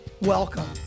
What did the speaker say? Welcome